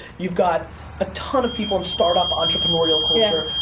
you've got a ton of people in startup, entrepreneurial culture,